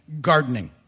gardening